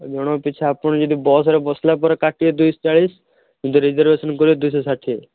ଜଣଙ୍କ ପିଛା ଆପଣ ଯଦି ବସରେ ବସିଲା ପରେ କାଟିବେ ଦୁଇହ ଚାଳିଶ ଯଦି ରିଜର୍ବେସନ୍ କରିବେ ଦୁଇଶହ ଷାଠିଏ